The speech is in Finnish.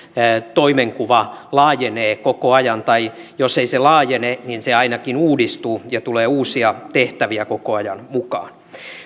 toimenkuva laajenee koko ajan tai jos ei se laajene niin se ainakin uudistuu ja tulee uusia tehtäviä koko ajan mukaan